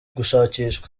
gushakishwa